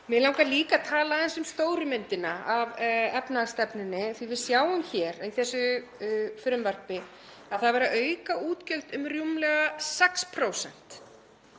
Mig langar líka að tala aðeins um stóru myndina af efnahagsstefnunni því að við sjáum hér í þessu frumvarpi að það er verið að auka útgjöld um rúmlega 6%,